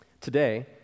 Today